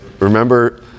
remember